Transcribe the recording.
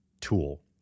tool